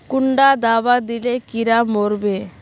कुंडा दाबा दिले कीड़ा मोर बे?